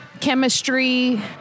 chemistry